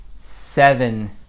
seven